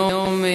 היום,